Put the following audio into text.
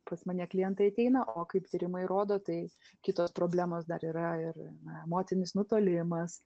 pas mane klientai ateina o kaip tyrimai rodo tai kitos problemos dar yra ir na emocinis nutolimas